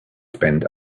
spend